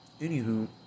Anywho